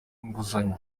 inguzanyo